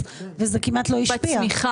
אמורה להיות תשובה מאוד פשוטה.